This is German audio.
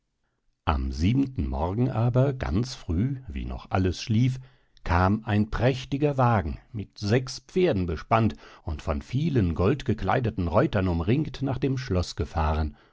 am siebenten morgen aber ganz früh wie noch alles schlief kam ein prächtiger wagen mit sechs pferden bespannt und von vielen goldgekleideten reutern umringt nach dem schloß gefahren